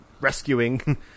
rescuing